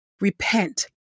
repent